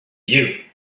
you